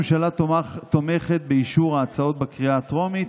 הממשלה תומכת באישור ההצעות בקריאה הטרומית.